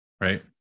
right